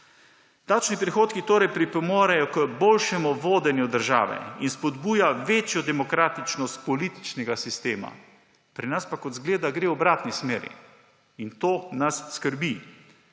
Davčni prihodki torej pripomorejo k boljšemu vodenju države in spodbujajo večjo demokratičnost političnega sistema. Pri nas pa, kot izgleda, gre v obratni smeri, in to nas skrbi.